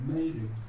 Amazing